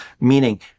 Meaning